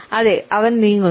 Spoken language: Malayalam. അതെ അവൻ നീങ്ങുന്നു